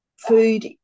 Food